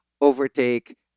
overtake